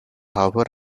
however